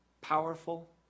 powerful